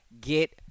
get